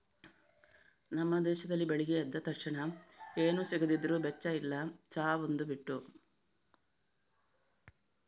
ನಮ್ಮ ದೇಶದಲ್ಲಿ ಬೆಳಿಗ್ಗೆ ಎದ್ದ ತಕ್ಷಣ ಏನು ಸಿಗದಿದ್ರೂ ಬೆಚ್ಚ ಇಲ್ಲ ಚಾ ಒಂದು ಬಿಟ್ಟು